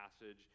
passage